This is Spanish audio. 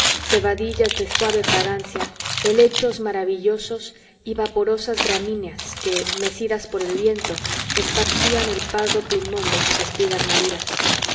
coralíneas cebadillas de suave fragancia helechos maravillosos y vaporosas gramíneas que mecidas por el viento esparcían el pardo plumón de sus espigas maduras